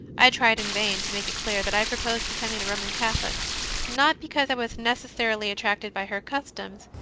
i tried in vain to make it clear that i proposed becoming a roman catholic not because i was necessarily attracted by her customs,